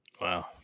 wow